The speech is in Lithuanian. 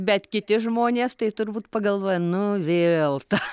bet kiti žmonės tai turbūt pagalvoja nu vėl ta